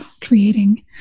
creating